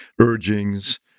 urgings